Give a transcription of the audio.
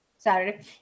Saturday